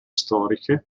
storiche